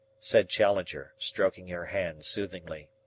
said challenger, stroking her hand soothingly.